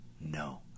no